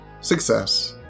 Success